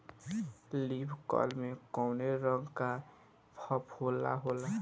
Leaf curl में कौने रंग का फफोला होला?